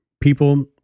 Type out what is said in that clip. people